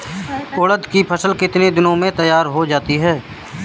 उड़द की फसल कितनी दिनों में तैयार हो जाती है?